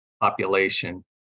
population